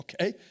okay